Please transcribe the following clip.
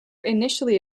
initially